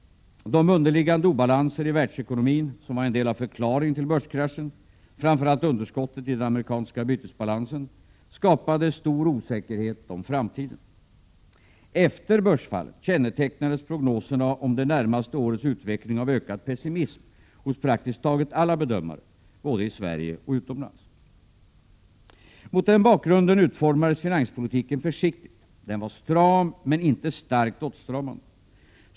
De underliggande obalanserna i världsekonomin som var en del av förklaringen till börskraschen — framför allt underskottet i den amerikanska bytesbalansen — skapade stor osäkerhet om framtiden. Efter börsfallet kännetecknades prognoserna om det närmaste årets utveckling av ökad pessimism hos praktiskt taget alla bedömare både i Sverige och utomlands. Mot den bakgrunden utformades finanspolitiken försiktigt. Den var stram, men inte starkt åtstramande.